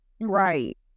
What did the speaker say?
Right